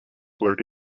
blurred